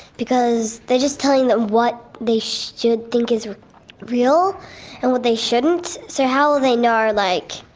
because they're just telling them what they should think is real and what they shouldn't, so how will they know, like,